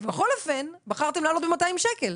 בכל אופן בחרתם להעלות ב-200 שקלים,